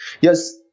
Yes